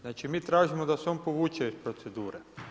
Znači mi tražimo da se on povuče iz procedure.